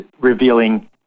revealing